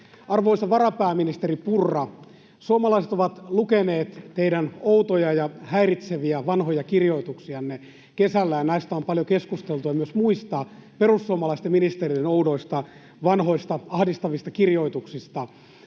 Arvoisa varapääministeri Purra, suomalaiset ovat lukeneet teidän outoja ja häiritseviä vanhoja kirjoituksianne kesällä, ja näistä on paljon keskusteltu ja myös muista perussuomalaisten ministereiden oudoista vanhoista, ahdistavista kirjoituksista.